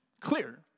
clear